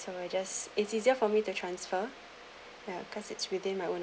so I just it's easier for me to transfer ya because it's within my own